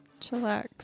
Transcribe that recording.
Chillax